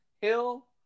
Hill